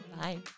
Bye